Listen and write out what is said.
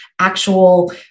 actual